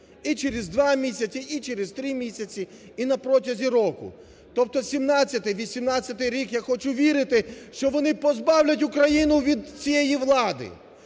і через два місяці, і через три місяці, і на протязі року". Тобто 17-й, 18-й рік, я хочу вірити, що вони позбавлять Україну від цієї влади,